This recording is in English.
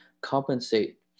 compensate